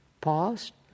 past